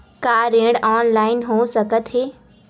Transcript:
का ऋण ऑनलाइन हो सकत हे?